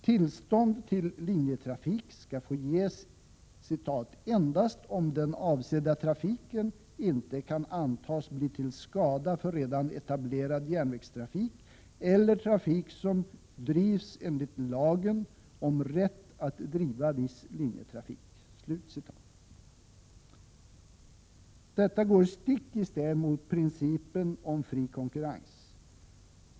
Tillstånd till linjetrafik skall få ges ”endast om den avsedda trafiken inte kan antas bli till skada för redan etablerad järnvägstrafik eller trafik som drivs enligt lagen om rätt att driva viss linjetrafik”. Detta går stick i stäv mot principen om fri konkurrens.